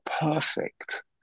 perfect